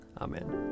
Amen